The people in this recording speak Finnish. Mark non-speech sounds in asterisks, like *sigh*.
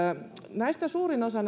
näistä ihmisistä suurin osa *unintelligible*